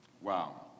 Wow